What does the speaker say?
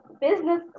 business